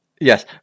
yes